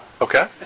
Okay